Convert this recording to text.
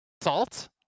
salt